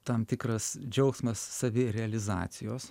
tam tikras džiaugsmas savirealizacijos